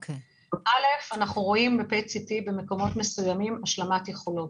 אנחנו רואים ב-PET CT במקומות מסוימים השלמת יכולות,